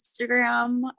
Instagram